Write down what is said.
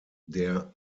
der